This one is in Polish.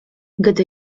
gdy